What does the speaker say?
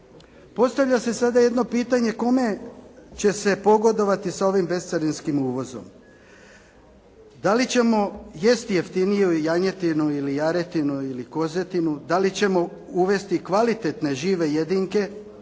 Postavlja se sada jedno pitanje kome će se pogodovati sa ovim bescarinskim uvozom? Da li ćemo jesti jeftiniju janjetinu ili jaretinu ili kozetinu, da li ćemo uvesti kvalitetne žive jedinke